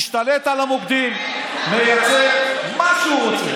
משתלט על המוקדים ועושה מה שהוא רוצה.